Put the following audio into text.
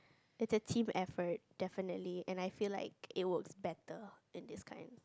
it's a team effort definitely and I feel like it works better in this kind